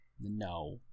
no